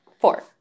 four